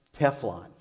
Teflon